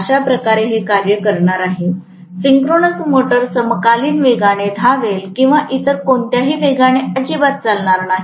अशाप्रकारे हे कार्य करणार आहे सिंक्रोनस मोटर समकालीन वेगात धावेल किंवा इतर कोणत्याही वेगाने अजिबात चालणार नाही